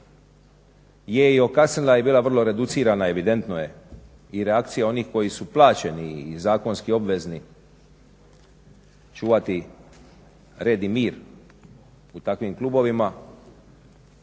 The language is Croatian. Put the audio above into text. je i okasnila i bila vrlo reducirana evidentno je i reakcija koji su plaćeni i zakonski obvezni čuvati red i mir u takvim klubovima,